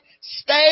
stay